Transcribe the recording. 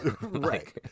right